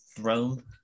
Rome